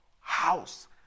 house